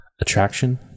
attraction